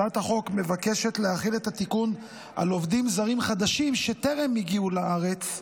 הצעת החוק מבקשת להחיל את התיקון על עובדים זרים חדשים שטרם הגיעו לארץ,